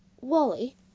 Wally